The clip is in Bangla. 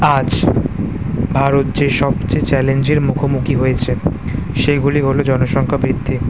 আজ ভারত যে সবচেয়ে চ্যালেঞ্জের মুখোমুখি হয়েছে সেইগুলি হল জনসংখ্যা বৃদ্ধি